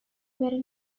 very